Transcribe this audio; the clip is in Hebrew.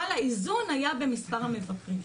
אבל האיזון היה במספר המבקרים.